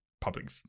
public